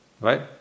right